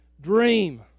dream